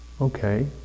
Okay